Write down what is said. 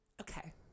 okay